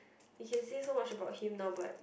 you can say so much about him now but